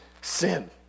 sin